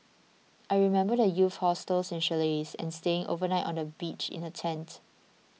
I remember the youth hostels and chalets and staying overnight on the beach in a tent